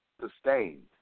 Sustained